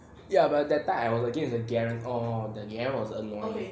ya but that time I was against the garen the garen was annoyed